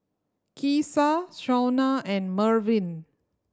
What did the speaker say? Keesha Shaunna and Mervin